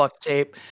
tape